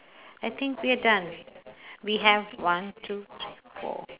I think we are done we have one two three four